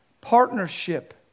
Partnership